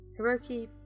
Hiroki